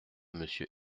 monsieur